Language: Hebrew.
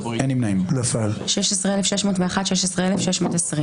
הצבעה לא אושרו.